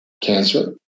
cancer